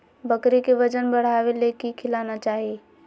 बकरी के वजन बढ़ावे ले की खिलाना चाही?